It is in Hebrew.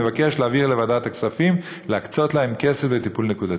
ואני מבקש להעביר לוועדת הכספים להקצות להם כסף לטיפול נקודתי.